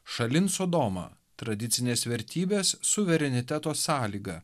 šalin sodomą tradicinės vertybės suvereniteto sąlygą